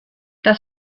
das